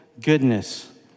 goodness